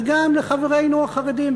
וגם לחברינו החרדים,